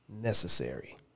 Necessary